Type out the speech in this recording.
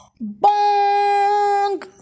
Bong